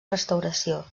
restauració